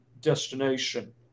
destination